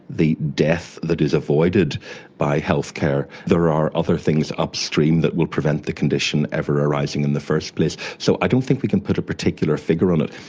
the death that is avoided by healthcare. there are other things upstream that would prevent the condition ever arising in the first place, so i don't think we can put a particular figure on it.